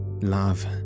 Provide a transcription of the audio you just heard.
love